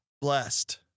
blessed